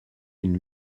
une